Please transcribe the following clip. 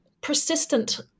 persistent